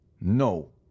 No